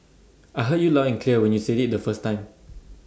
I heard you loud and clear when you said IT the first time